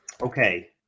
Okay